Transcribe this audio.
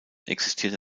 existiert